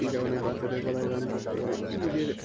যেমন এই বাচ্চাদের গলায় গান করতে পারি নিজের